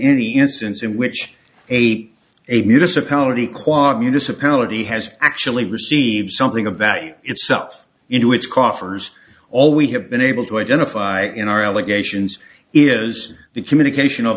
any instance in which eight a municipality quad municipality has actually received something of value itself into its coffers all we have been able to identify in our allegations is the communication of